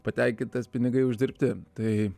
patenkintas pinigai uždirbti tai